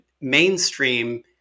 mainstream